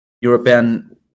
european